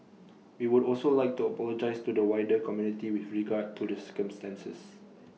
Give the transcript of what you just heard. we would also like to apologise to the wider community with regard to the circumstances